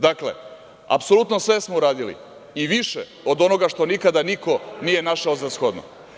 Dakle, apsolutno sve smo uradili i više od onoga što nikada niko nije našao za shodno.